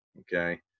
okay